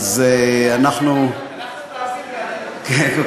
אז אנחנו, אנחנו כבר עשינו, כן.